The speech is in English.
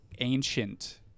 Ancient